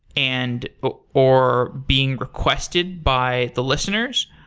and or being requested by the listeners,